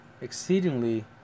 exceedingly